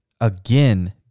again